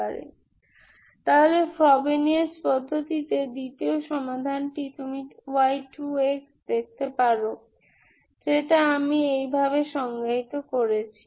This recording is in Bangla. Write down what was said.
সুতরাং ফ্রবেনিয়াস পদ্ধতিতে দ্বিতীয় সমাধানটি তুমি y2 দেখতে পারো যেটা আমি এইভাবে সংজ্ঞায়িত করছি